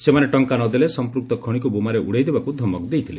ସେମାନେ ଟଙ୍କା ନ ଦେଲେ ସମ୍ମୁକ୍ତ ଖଣିକୁ ବୋମାରେ ଉଡ଼ାଇ ଦେବାକୁ ଧମକ ଦେଇଥିଲେ